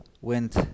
went